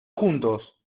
juntos